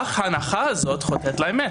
אך הנחה זאת חוטאת לאמת.